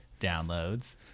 downloads